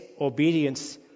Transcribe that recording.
obedience